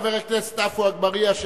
חבר הכנסת עפו אגבאריה,